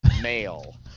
male